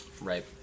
Right